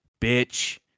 bitch